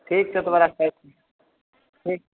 ठीक छै तब रखै छिअऽ ठीक